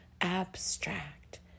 abstract